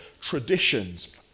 traditions